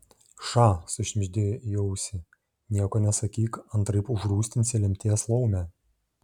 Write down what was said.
ša sušnibždėjo į ausį nieko nesakyk antraip užrūstinsi lemties laumę